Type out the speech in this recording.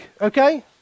okay